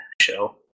show